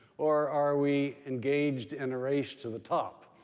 or are we engaged in a race to the top?